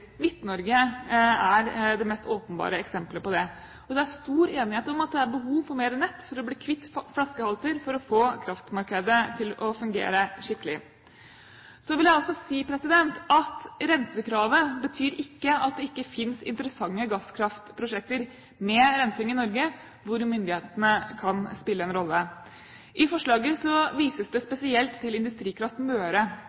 Midt-Norge er det mest åpenbare eksemplet på det. Det er stor enighet om at det er behov for mer nett for å bli kvitt flaskehalser og for å få kraftmarkedet til å fungere skikkelig. Jeg vil også si at rensekravet betyr ikke at det ikke finnes interessante gasskraftprosjekter med rensing i Norge hvor myndighetene kan spille en rolle. I forslaget vises det